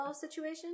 situation